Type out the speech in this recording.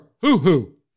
hoo-hoo